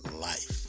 life